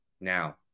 Now